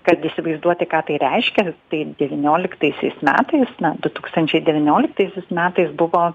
kad įsivaizduoti ką tai reiškia tai devynioliktaisiais metais na du tūkstančiai devynioliktaisiais metais buvo